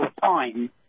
time